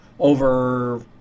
over